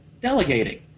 delegating